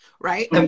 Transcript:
right